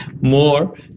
more